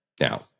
Now